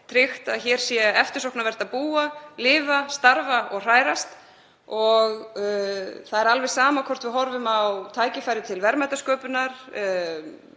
tryggt að hér sé eftirsóknarvert að búa, lifa, starfa og hrærast. Það er alveg sama hvort við horfum á tækifæri til verðmætasköpunar,